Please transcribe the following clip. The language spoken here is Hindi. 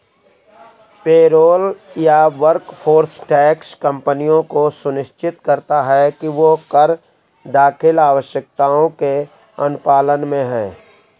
पेरोल या वर्कफोर्स टैक्स कंपनियों को सुनिश्चित करता है कि वह कर दाखिल आवश्यकताओं के अनुपालन में है